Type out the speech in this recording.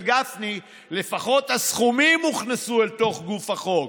גפני לפחות הסכומים הוכנסו לתוך גוף החוק.